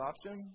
option